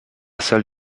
salle